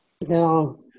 No